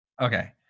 Okay